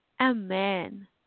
Amen